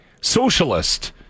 socialist